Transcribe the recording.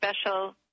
special